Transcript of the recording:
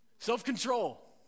Self-control